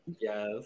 Yes